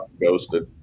ghosted